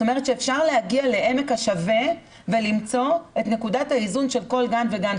זאת אומרת שאפשר להגיע לעמק השווה ולמצוא את נקודת האיזון של כל גן וגן.